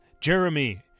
Jeremy